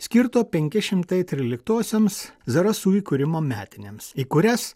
skirto penki šimtai tryliktosioms zarasų įkūrimo metinėms į kurias